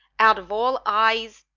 out of all eyes,